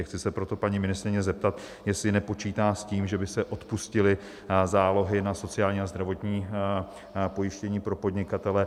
Chci se proto paní ministryně zeptat, jestli nepočítá s tím, že by se odpustily zálohy na sociální a zdravotní pojištění pro podnikatele.